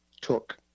took